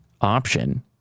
option